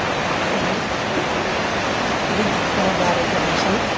ఇవి ఇది దక్షిణ భారతదేశం